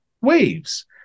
waves